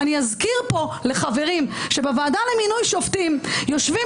אני אזכיר פה לחברים שבוועדה למינוי שופטים יושבים